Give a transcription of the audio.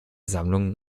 sammlung